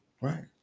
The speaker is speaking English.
Right